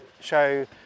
show